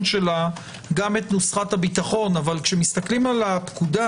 גם את נוסחת הביטחון אבל כשמסתכלים על הפקודה,